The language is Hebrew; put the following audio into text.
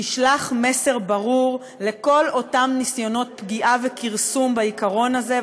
ישלחו מסר ברור לכל אותם ניסיונות פגיעה וכרסום בעיקרון הזה,